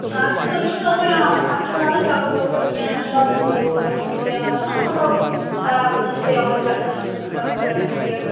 آز چھُ نٔے یہِ چھُ نوٚوُے آمٕژ اَتھ چھُنہٕ لگن گَگُر وگُر کیٚنٛہہ نہ چھُ اَتھ زوٚد ووٚد گژھان کینٛہہ آسان مطلب خراب گژھان سرے اوس گژھان یہِ اوس پھٕٹان وٕٹان ہُہ یہِ